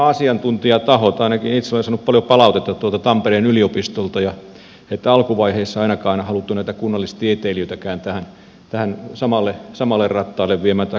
ainakin itse olen saanut paljon palautetta tuolta tampereen yliopistolta että alkuvaiheessa ainakaan ei haluttu näitä kunnallistieteilijöitäkään tähän samalle rattaalle viemään tätä kuntauudistusta eteenpäin